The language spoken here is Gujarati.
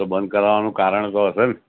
તો બંધ કરાવવાનો કારણ તો હશે ને